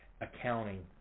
Accounting